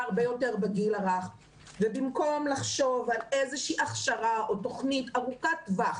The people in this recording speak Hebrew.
הרבה יותר בגיל הרך במקום לחשוב על איזושהי הכשרה או תוכנית ארוכת טווח